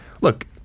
Look